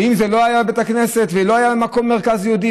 ואם זה לא היה בית כנסת ולא היה מקום מרכז יהודי,